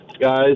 guys